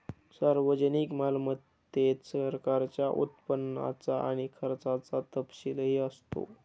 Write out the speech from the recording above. सार्वजनिक मालमत्तेत सरकारच्या उत्पन्नाचा आणि खर्चाचा तपशीलही असतो